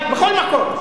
בכל מקום: